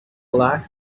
lack